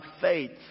faith